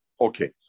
Okay